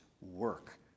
work